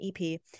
ep